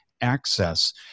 access